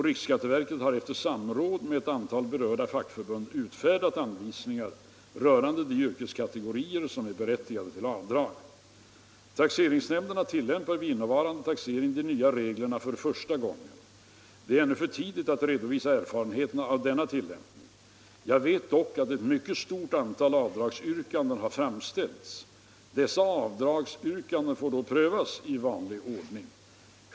Riksskatteverket har efter samråd med ett antal berörda fackförbund utfärdat anvisningar rörande de yrkeskategorier som är berättigade till avdrag. Taxeringsnämnderna tillämpar vid innevarande taxering de nya reglerna för första gången. Det är ännu för tidigt att redovisa erfarenheterna av denna tillämpning. Jag vet dock att ett mycket stort antal avdragsyrkanden har framställts. Dessa yrkanden får då prövas i vanlig ordning.